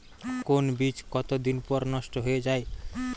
কোন বীজ কতদিন পর নষ্ট হয়ে য়ায়?